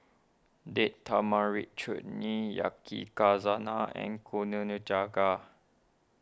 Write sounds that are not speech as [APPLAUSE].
Date Tamarind Chutney [UNINTELLIGIBLE] and [UNINTELLIGIBLE]